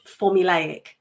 formulaic